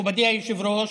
הפועל, מכובדי היושב-ראש,